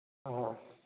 ꯑꯥ